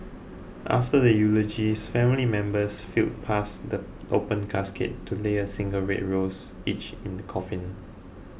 after the eulogies family members filed past the open casket to lay a single red rose each in the coffin